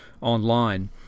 online